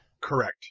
Correct